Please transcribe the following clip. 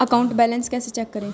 Account balance कैसे check करें?